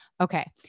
okay